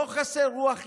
לא חסרה רוח יזמית.